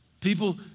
People